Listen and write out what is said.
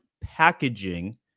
packaging